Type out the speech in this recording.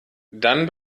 dann